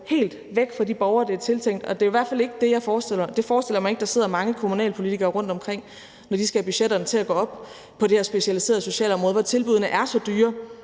helt væk fra de borgere, de er tiltænkt. Jeg forestiller mig ikke, at der sidder mange kommunalpolitikere rundtomkring, der ønsker det, når de skal have budgetterne til at gå op på det her specialiserede socialområde, hvor tilbuddene er så dyre.